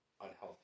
unhealthy